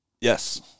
Yes